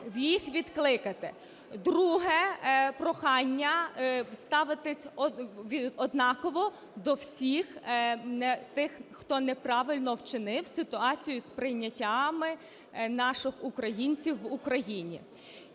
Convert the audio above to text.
їх відкликати. Друге прохання ставитись однаково до всіх тих, хто неправильно вчинив у ситуації з прийняттям наших українців в Україні.